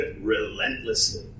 relentlessly